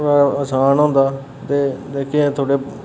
थोह्ड़ा असान होंदा ते थोह्ड़े